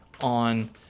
on